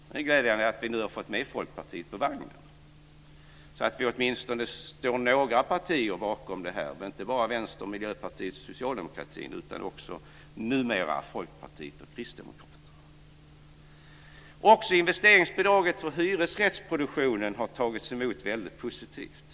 Det är glädjande att vi nu har fått med Folkpartiet på vagnen, så att vi åtminstone är några partier som står bakom detta - inte bara Vänsterpartiet, Miljöpartiet och Socialdemokraterna, utan numera också Även investeringsbidraget för hyresrättsproduktionen har tagits emot väldigt positivt.